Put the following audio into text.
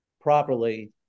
properly